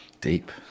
Deep